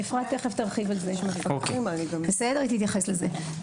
אפרת תכף תרחיב ותתייחס לזה,